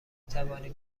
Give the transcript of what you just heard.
توانی